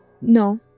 No